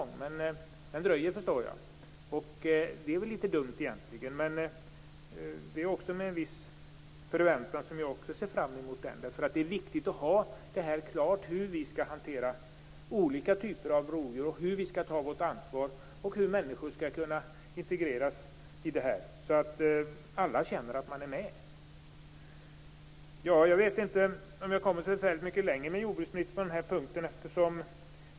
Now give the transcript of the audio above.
Men jag förstår att den dröjer. Det är väl egentligen litet dumt. Jag ser med viss förväntan fram emot den. Det är viktigt att det framgår klart hur vi skall hantera olika typer av rovdjur, ta vårt ansvar och hur människor skall integreras så att alla känner att de är med. Jag vet inte om jag kommer så mycket längre med jordbruksministern på den här punkten.